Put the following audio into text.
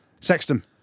Sexton